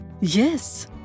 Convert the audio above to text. Yes